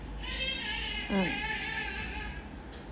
mm